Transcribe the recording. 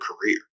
career